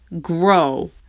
grow